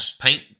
paint